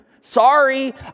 Sorry